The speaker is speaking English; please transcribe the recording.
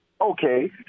Okay